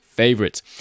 favorites